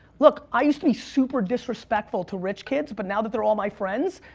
look, i used to be super disrespectful to rich kids, but now that they're all my friends,